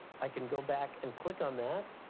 i can go back and click on that